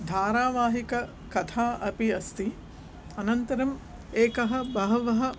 धारावाहिककथा अपि अस्ति अनन्तरम् एकः बहवः